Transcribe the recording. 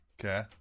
Okay